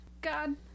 God